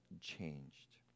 changed